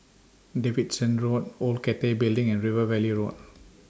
Davidson Road Old Cathay Building and River Valley Road